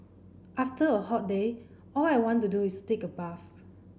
after a hot day all I want to do is take a bath